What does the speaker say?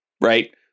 right